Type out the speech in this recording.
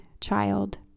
child